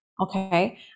Okay